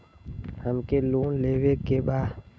हमके लोन लेवे के बा?